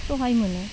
सहाय मोनो